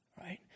Right